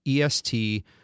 EST